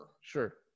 Sure